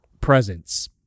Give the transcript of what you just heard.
presence